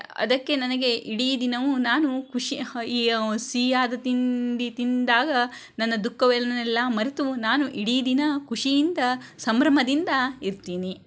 ಅದಕ್ಕೆ ನನಗೆ ಇಡೀ ದಿನವೂ ನಾನು ಖುಷಿ ಈ ಸಿಹಿಯಾದ ತಿಂಡಿ ತಿಂದಾಗ ನನ್ನ ದುಃಖವನ್ನೆಲ್ಲ ಮರೆತು ನಾನು ಇಡೀ ದಿನ ಖುಷಿಯಿಂದ ಸಂಭ್ರಮದಿಂದ ಇರ್ತೀನಿ